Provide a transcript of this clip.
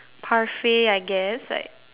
parfait I guess like